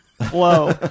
Whoa